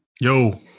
yo